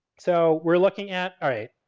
so, we're looking at, all right,